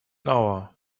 hour